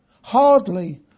Hardly